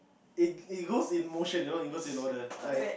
it it goes in motion you know it goes in order like